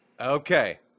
Okay